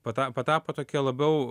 pata patapo tokia labiau